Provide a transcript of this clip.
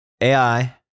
ai